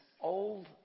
old